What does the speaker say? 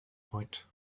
point